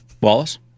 Wallace